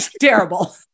terrible